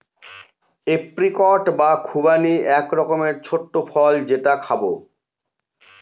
apricot বা খুবানি এক রকমের ছোট্ট ফল যেটা খাবো